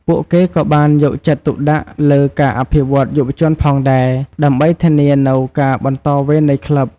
ពួកគេក៏បានយកចិត្តទុកដាក់លើការអភិវឌ្ឍន៍យុវជនផងដែរ ដើម្បីធានានូវការបន្តវេននៃក្លឹប។